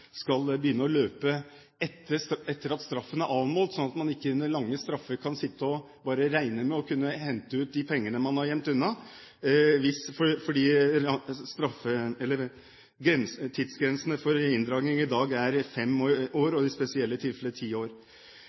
begynne å løpe etter at straffen er utmålt, slik at man ikke under lange straffer bare kan sitte og regne med å hente ut de pengene man har gjemt unna. Tidsgrensene for inndragning i dag er fem år, og i spesielle tilfeller ti år.